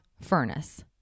furnace